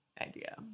idea